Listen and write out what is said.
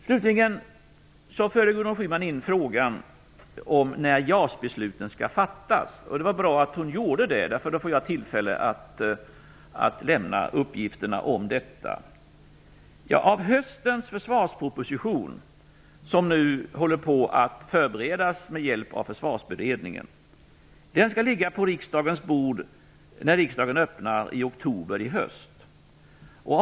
Slutligen för Gudrun Schyman in frågan om när JAS-besluten skall fattas. Det var bra att hon gjorde det, eftersom jag då får tillfälle att lämna uppgifterna om detta. Höstens försvarsproposition, som man nu med Försvarsberedningens hjälp lägger grunden för, skall ligga på riksdagens bord när riksdagen öppnas i oktober detta år.